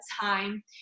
time